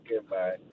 Goodbye